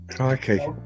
okay